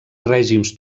règims